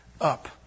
up